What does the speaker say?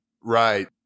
Right